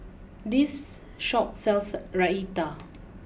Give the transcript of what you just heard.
this shop sells Raita